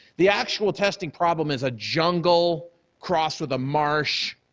the actual testing problem is a jungle crossed with the marsh,